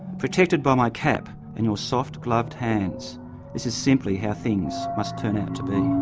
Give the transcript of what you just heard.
protected by my cap and your soft-gloved hands this is simply how things must turn out to be.